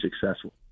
successful